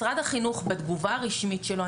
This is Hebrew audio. משרד החינוך בתגובה הרשמית שלו,